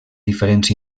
diferents